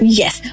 yes